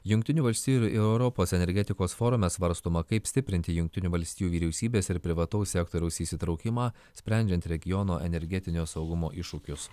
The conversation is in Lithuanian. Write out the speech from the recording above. jungtinių valstijų ir europos energetikos forume svarstoma kaip stiprinti jungtinių valstijų vyriausybės ir privataus sektoriaus įsitraukimą sprendžiant regiono energetinio saugumo iššūkius